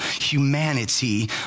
humanity